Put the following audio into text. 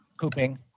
Cooping